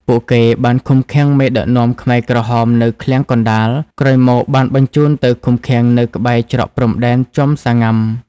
ពួកគេ បានឃុំឃាំងមេដឹកនាំខ្មែរក្រហមនៅឃ្លាំងកណ្តាល ក្រោយមកបានបញ្ជូនទៅឃុំឃាំងនៅក្បែរច្រកព្រំដែនជាំសាងុំា។